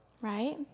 Right